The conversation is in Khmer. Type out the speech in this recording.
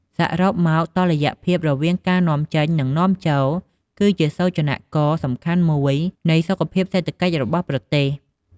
សរុបមក តុល្យភាពរវាងការនាំចេញ និងនាំចូល គឺជាសូចនាករសំខាន់មួយនៃសុខភាពសេដ្ឋកិច្ចរបស់ប្រទេស។